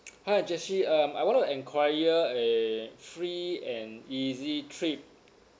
hi jessie um I want to enquire a free and easy trip